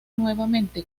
nuevamente